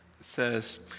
says